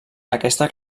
aquesta